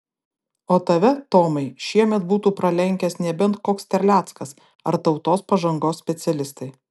o tave tomai šiemet būtų pralenkęs nebent koks terleckas ar tautos pažangos specialistai